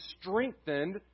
strengthened